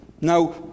Now